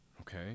okay